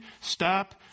stop